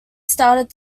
started